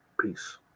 Peace